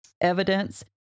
evidence